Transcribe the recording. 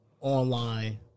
Online